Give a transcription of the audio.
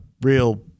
real